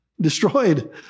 destroyed